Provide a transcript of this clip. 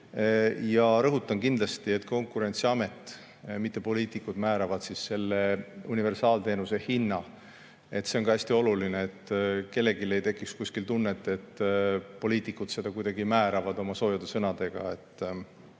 Ja rõhutan kindlasti, et Konkurentsiamet, mitte poliitikud, määravad universaalteenuse hinna. See on hästi oluline, et kellelgi ei tekiks tunnet, et poliitikud seda kuidagi määravad oma soojade sõnadega.